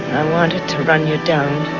i wanted to run you down.